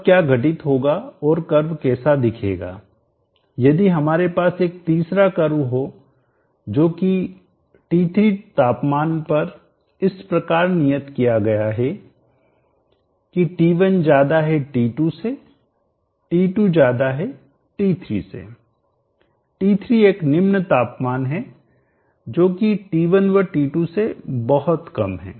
अब क्या घटित होगा और कर्व कैसा दिखेगा यदि हमारे पास एक तीसरा कर्व हो जो कि T3 तापमान पर इस प्रकार नियत किया गया है कि T1 ज्यादा है T2 से तथा T2 ज्यादा है T3 से T3 एक निम्न तापमान है जोकि T1 व T2 से बहुत कम है